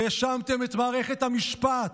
האשמתם את מערכת המשפט,